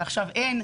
ועכשיו אין.